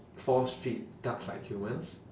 force feed ducks like humans